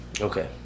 Okay